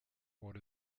what